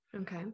Okay